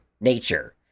nature